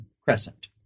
Crescent